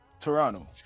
toronto